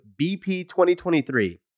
BP2023